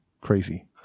crazy